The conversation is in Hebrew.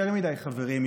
יותר מדי חברים,